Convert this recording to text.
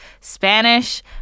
Spanish